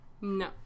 No